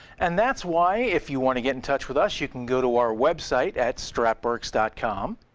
and that's why if you want to get in touch with us you can go to our website at strapworks dot com